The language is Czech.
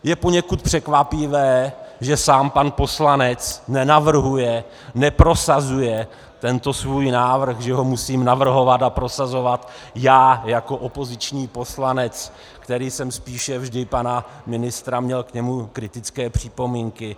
Je poněkud překvapivé, že sám pan poslanec nenavrhuje, neprosazuje tento svůj návrh, že ho musím navrhovat a prosazovat já jako opoziční poslanec, který jsem spíše vždy měl k panu ministrovi kritické připomínky.